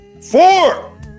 four